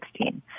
2016